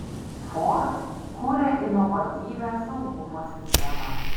ford kuria inovatyvią saugumo sistemą